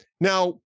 Now